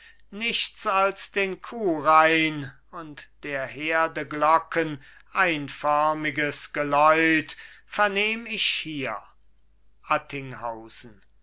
nichts als den kuhreihn und der herdeglocken einförmiges geläut vernehm ich hier